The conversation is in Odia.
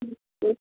ହୁଁ